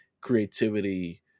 creativity